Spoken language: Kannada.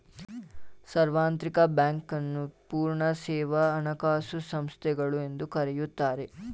ಸಾರ್ವತ್ರಿಕ ಬ್ಯಾಂಕ್ ನ್ನು ಪೂರ್ಣ ಸೇವಾ ಹಣಕಾಸು ಸಂಸ್ಥೆಗಳು ಎಂದು ಕರೆಯುತ್ತಾರೆ